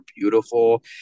beautiful